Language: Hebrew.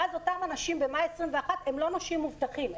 ואז אותם אנשים לא מובטחים גם במאי 21',